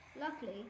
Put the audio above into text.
Luckily